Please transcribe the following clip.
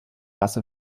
rasse